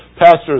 Pastors